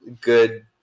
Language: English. good